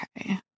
Okay